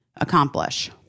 accomplish